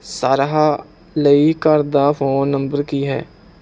ਸਾਰਹਾ ਲਈ ਘਰ ਦਾ ਫ਼ੋਨ ਨੰਬਰ ਕੀ ਹੈ